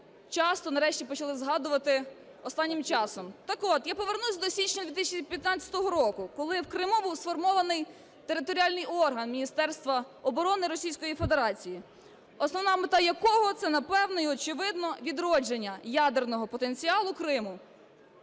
часто нарешті почали згадувати останнім часом. Так от, я повернуся до січня 2015 року, коли в Криму був сформований територіальний орган Міністерства оборони Російської Федерації, основна мета якого – це, напевне і очевидно, відродження ядерного потенціалу Криму.